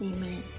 Amen